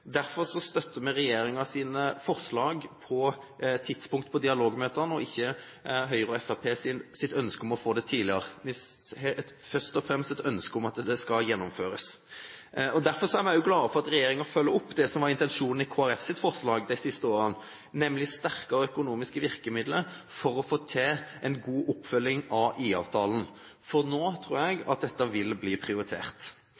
Derfor støtter vi regjeringens forslag til tidspunkt for dialogmøtene og ikke Høyres og Fremskrittspartiets ønske om å få det tidligere. Vi har først og fremst et ønske om at det skal gjennomføres. Derfor er vi også glade for at regjeringen følger opp det som var intensjonen i Kristelig Folkepartis forslag de siste årene, nemlig sterkere økonomiske virkemidler for å få til en god oppfølging av IA-avtalen. For nå tror